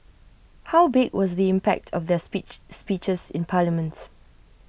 how big was the impact of their speech speeches in parliament